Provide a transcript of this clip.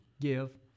give